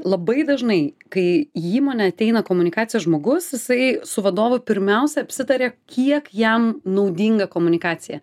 labai dažnai kai į įmonę ateina komunikacijos žmogus jisai su vadovu pirmiausia apsitaria kiek jam naudinga komunikacija